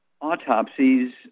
autopsies